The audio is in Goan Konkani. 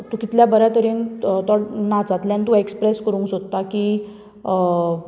तूं कितल्या बऱ्या तरेन तो नाचांतल्यान तूं एक्सप्रेस करूंक सोदता की म्हणजे